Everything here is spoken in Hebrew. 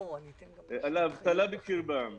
על האבטלה בקרבם,